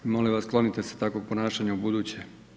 Molim vas sklonite se takvog ponašanja u buduće.